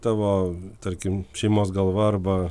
tavo tarkim šeimos galva arba